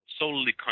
solely